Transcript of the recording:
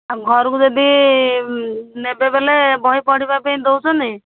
ଆଉ ଘରକୁ ଯଦି ନେବେ ବୋଲେ ବହି ପଢ଼ିବା ପାଇଁ ଦୋଉଛନ୍ତି